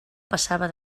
passava